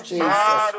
Jesus